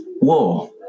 war